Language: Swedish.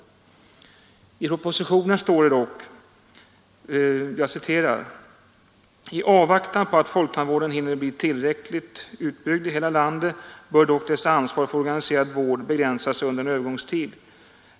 I propositionen står det dock: ”TI avvaktan på att folktandvården hinner bli tillräckligt utbyggd i hela landet bör dock dess ansvar för organiserad vård begränsas under en övergångstid.